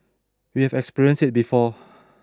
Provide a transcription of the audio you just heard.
we have experienced it before